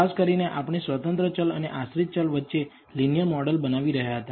ખાસ કરીને આપણે સ્વતંત્ર ચલ અને આશ્રિત ચલ વચ્ચે લિનિયર મોડલ બનાવી રહ્યા હતા